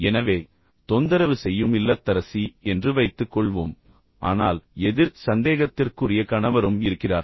எனவே தொந்தரவு செய்யும் இல்லத்தரசி என்று வைத்துக் கொள்வோம் ஆனால் எதிர் சந்தேகத்திற்குரிய கணவரும் இருக்கிறார்